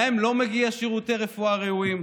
להם לא מגיעים שירותי רפואה ראויים?